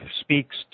speaks